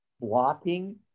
blocking